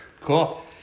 Cool